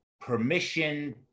permission